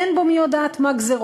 אין בו מי יודעת מה גזירות,